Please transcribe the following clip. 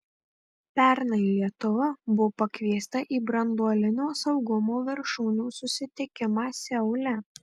pernai lietuva buvo pakviesta į branduolinio saugumo viršūnių susitikimą seule